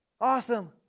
Awesome